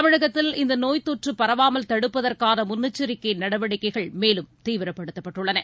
தமிழகத்தில் இந்த நோய் தொற்று பரவாமல் தடுப்பதற்கான முன்னெச்சரிக்கை நடவடிக்கைகள் மேலும் தீவிரப்படுத்தப்பட்டுள்ளன